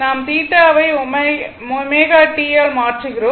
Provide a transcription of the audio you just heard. நாம் θ வை ω t ஆல் மாற்றுகிறோம்